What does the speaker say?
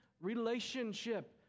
relationship